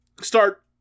start